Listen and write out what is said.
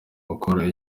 gukora